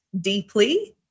deeply